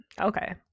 Okay